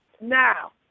Now